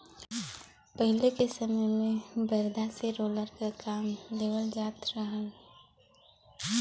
पहिले के समय में बरधा से रोलर क काम लेवल जात रहल